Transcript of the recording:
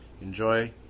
enjoy